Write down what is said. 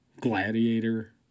Gladiator